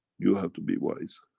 you have to be wise.